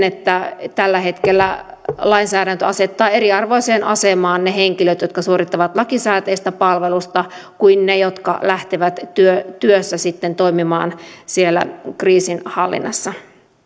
että tällä hetkellä lainsäädäntö asettaa eriarvoiseen asemaan ne henkilöt jotka suorittavat lakisääteistä palvelusta kuin ne jotka lähtevät työssä työssä sitten toimimaan siellä kriisinhallinnassa